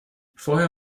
vorher